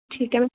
ਠੀਕ ਹੈ